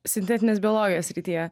sintetinės biologijos srityje